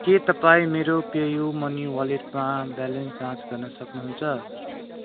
के तपाईँ मेरो पेयू मनी वालेटमा ब्यालेन्स जाँच गर्न सक्नुहुन्छ